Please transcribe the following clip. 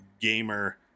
gamer